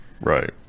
Right